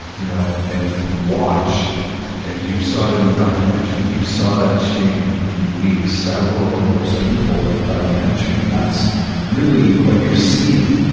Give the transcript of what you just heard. you know and to watch and you saw it in the documentary, you saw that shame leave several of those people in the documentary and that's really what you're seeing,